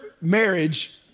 marriage